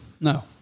No